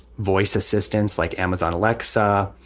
voice assistants like amazon, alexa,